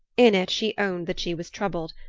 in it she owned that she was troubled,